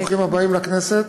ברוכים הבאים לכנסת.